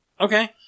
Okay